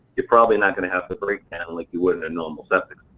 you're probably not gonna have the breakdown like you would in a normal septic